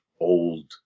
old